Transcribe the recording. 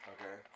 Okay